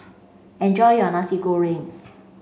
enjoy your Nasi Goreng